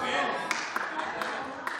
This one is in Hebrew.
אדוני היושב-ראש,